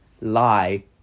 lie